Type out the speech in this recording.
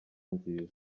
nziza